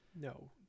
No